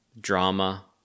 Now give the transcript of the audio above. drama